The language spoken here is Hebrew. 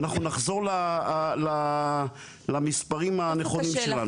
ואנחנו נחזור למספרים הנכונים שלנו,